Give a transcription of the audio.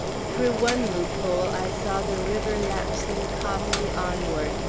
through one loophole i saw the river lapsing calmly onward,